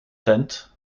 tent